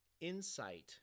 insight